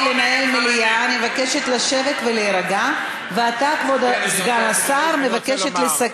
זה בעד ספרדים.